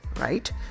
right